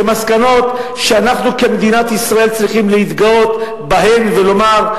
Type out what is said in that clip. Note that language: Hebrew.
כמסקנות שאנחנו כמדינת ישראל צריכים להתגאות בהן ולומר: